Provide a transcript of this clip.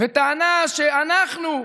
וטענה שאנחנו,